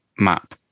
map